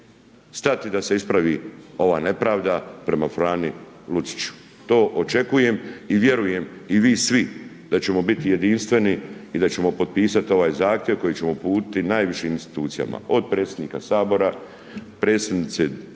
stati da se ispravi ova nepravda prema Frani Luciću, to očekujem i vjerujem i vi svi da ćemo biti jedinstveni i da ćemo potpisati ovaj zahtjev koji ćemo uputiti najvišim institucijama, od predsjednika Sabora, od predsjednika